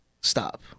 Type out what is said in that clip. stop